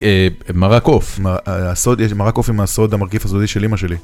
מרק עוף. מרק עוף עם הסוד המרכיב הסודי של אמא שלי.